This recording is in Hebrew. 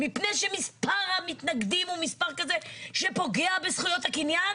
מפני שמספר המתנגדים הוא מספר כזה שפוגע בזכויות הקניין?